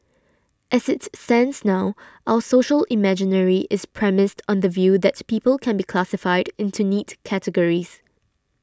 as it stands now our social imaginary is premised on the view that people can be classified into neat categories